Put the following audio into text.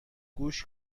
گوش